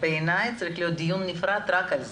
בעיני צריך להיות דיון נפרד רק על זה,